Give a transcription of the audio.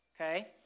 Okay